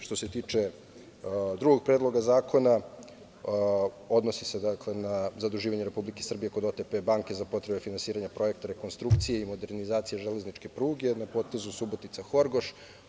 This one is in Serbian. Što se tiče drugog Predloga zakona, odnosi se na zaduživanje Republike Srbije kod OTP banke za potrebe finansiranja projekta rekonstrukcije i modernizacije železničke pruge na potezu Subotica-Horgoš.